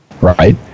right